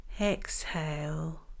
exhale